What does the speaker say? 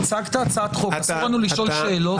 הצגת הצעת חוק, אסור לנו לשאול שאלות?